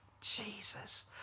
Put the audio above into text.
Jesus